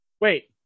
Wait